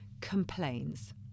complains